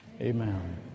Amen